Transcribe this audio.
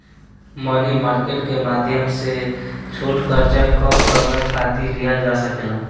मनी market के माध्यम से छोट कर्जा कम समय खातिर लिहल जा सकेला